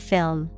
Film